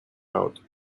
out